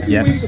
Yes